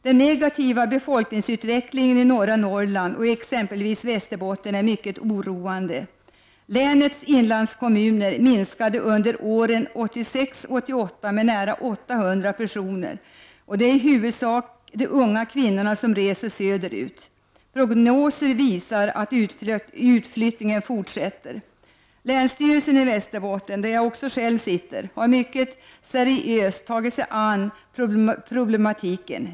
Den negativa befolkningsutvecklingen i norra Norrland och i exempelvis Västerbotten är mycket oroande. Befolkningen i länets inlandskommuner minskade under åren 1986-1988 med nära 800 personer. Det är i huvudsak de unga kvinnorna som reser söderut. Prognoser visar att utflyttningen fortsätter. Länsstyrelsen i Västerbotten — där jag själv sitter med — har mycket seriöst tagit sig an problematiken.